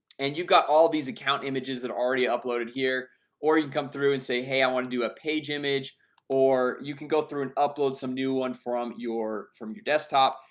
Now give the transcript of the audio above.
and you've got all these account images that are already uploaded here or you come through and say hey i want to do a page image or you can go through and upload some new one from your from your desktop,